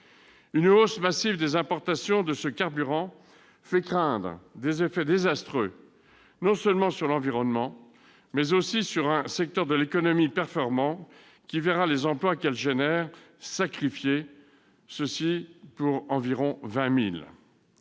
Une hausse massive des importations de ce carburant fait craindre des effets désastreux non seulement sur l'environnement, mais aussi sur un secteur de l'économie performant, qui verra sacrifiés les emplois qu'il génère, c'est-à-dire environ 20 000